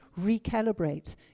recalibrate